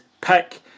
pick